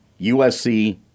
USC